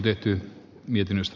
kannatan ed